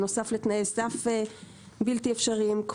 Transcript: בנוסף לתנאי סף בלתי אפשריים,